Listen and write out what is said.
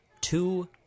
two